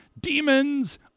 demons